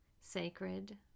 sacred